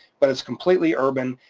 but it's completely urban,